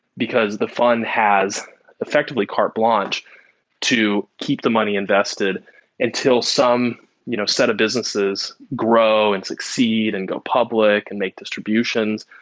because the fund has effectively carte blanche to keep the money invested until some you know set of businesses grow and succeed and go public and make distributions.